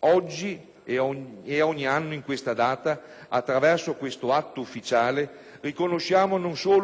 Oggi ed ogni anno in questo data, attraverso questo atto ufficiale, riconosciamo non solo il dolore